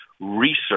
research